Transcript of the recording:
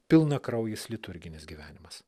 pilnakraujis liturginis gyvenimas